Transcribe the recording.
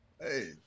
Hey